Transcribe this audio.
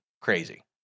crazy